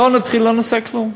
לא נתחיל, לא נעשה כלום.